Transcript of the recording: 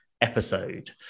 episode